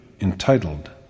entitled